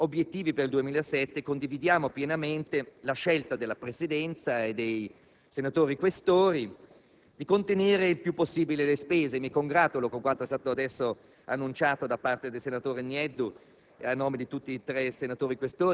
Nell'ambito degli obiettivi per il 2007, condividiamo pienamente la scelta della Presidenza e dei senatori Questori di contenere il più possibile le spese. Mi congratulo con quanto è stato poco fa annunciato dal senatore Nieddu